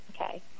okay